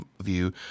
view –